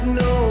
no